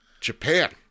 Japan